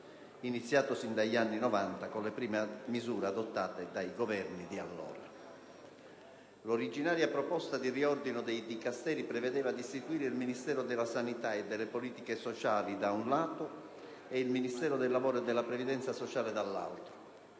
iniziato sin dagli anni Novanta con le prime misure adottate dai Governi di allora. L'originaria proposta di riordino dei Dicasteri prevedeva di istituire il Ministero della sanità e delle politiche sociali, da un lato, e il Ministero del lavoro e della previdenza sociale, dall'altro;